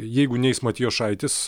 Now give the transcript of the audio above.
jeigu neis matijošaitis